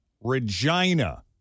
Regina